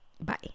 Bye